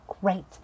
great